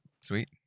Sweet